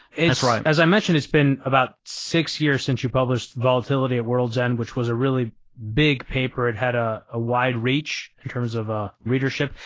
right. as i mentioned, it's been about six years since you published volatility at world's end, which was a really big paper. it had ah a wide reach in terms of ah readership.